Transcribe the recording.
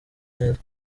neza